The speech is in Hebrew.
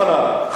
יוחנן,